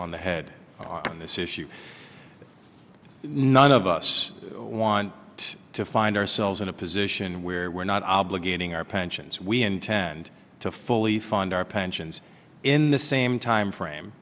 on the head on this issue none of us want to find ourselves in a position where we're not obligating our pensions we intend to fully fund our pensions in the same timeframe